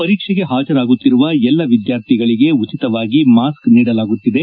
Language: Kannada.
ಪರೀಕ್ಷೆಗೆ ಹಾಜರಾಗುತ್ತಿರುವ ಎಲ್ಲಾ ವಿದ್ಯಾರ್ಥಿಗಳಿಗೆ ಉಚಿತವಾಗಿ ಮಾಸ್ಕ್ ನೀಡಲಾಗುತ್ತಿದೆ